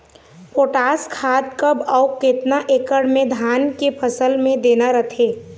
Potash खाद कब अऊ केतना एकड़ मे धान के फसल मे देना रथे?